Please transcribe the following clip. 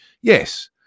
yes